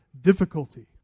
difficulty